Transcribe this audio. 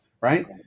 right